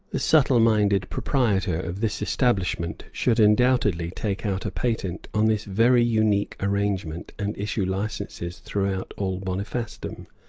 the subtle-minded proprietor of this establishment should undoubtedly take out a patent on this very unique arrangement and issue licences throughout all bonifacedom